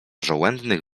żołędnych